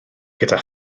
gyda